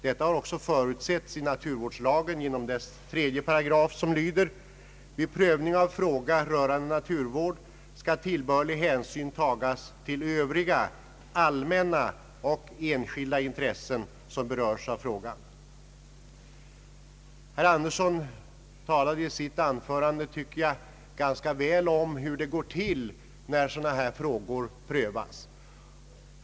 Detta har också förutsetts i naturvårdslagen genom dess tredje paragraf som lyder: »Vid prövning av fråga rörande naturvård skall tillbörlig hänsyn tagas till övriga allmänna och enskilda intressen som berörs av frågan.» Herr Andersson beskrev i sitt anförande ganska väl hur det gått till när sådana här frågor prövas.